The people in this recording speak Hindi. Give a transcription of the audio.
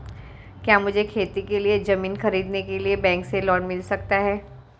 क्या मुझे खेती के लिए ज़मीन खरीदने के लिए बैंक से लोन मिल सकता है?